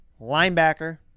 linebacker